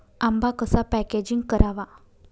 आंबा कसा पॅकेजिंग करावा?